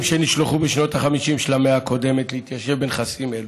שנשלחו בשנות ה-50 של המאה הקודמת להתיישב בנכסים אלו,